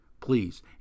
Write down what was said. please